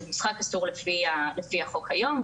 שהוא משחק אסור לפי החוק היום,